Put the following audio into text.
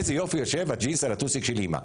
איזה יופי יושב הג'ינס על הטוסיק של אימא.